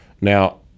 Now